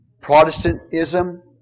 Protestantism